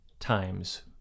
times